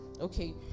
okay